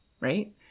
right